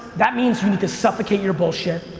that means you need to suffocate your bullshit.